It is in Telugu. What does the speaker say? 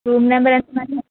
రూమ్ నంబర్ ఎంత మేడం